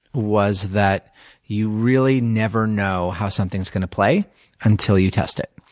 was that you really never know how something is going to play until you test it.